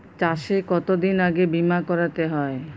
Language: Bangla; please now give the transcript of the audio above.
চাষে কতদিন আগে বিমা করাতে হয়?